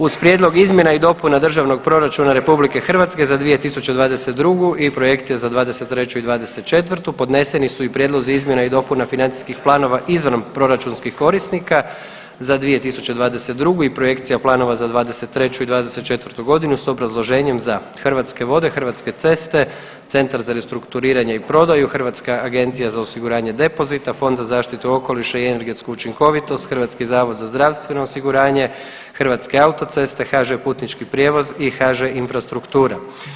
Uz Prijedlog izmjena i dopuna Državnog proračuna RH za 2022. i projekcija za '23. i '24. podneseni su i prijedlozi izmjena i dopuna financijskih planova izvanproračunskih korisnika za 2022. i projekcija planova za '23. i '24. godinu s obrazloženjem za Hrvatske vode, Hrvatske ceste, Centar za restrukturiranje i prodaju, Hrvatska agencija za osiguranje depozita, Fond za zaštitu okoliša i energetsku učinkovitost, Hrvatski zavod za zdravstveno osiguranje, Hrvatske autoceste, HŽ Putnički prijevoz i HŽ Infrastruktura.